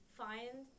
find